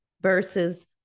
versus